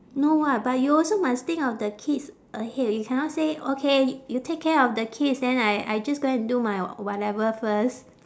no [what] but you also must think of the kids ahead you cannot say okay you take care of the kids then I I just go and do my whatever first